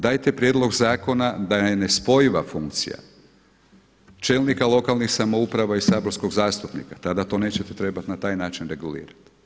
Dajte prijedlog zakona da je nespojiva funkcija čelnika lokalnih samouprava i saborskog zastupnika, tada to nećete trebati na taj način regulirati.